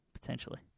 potentially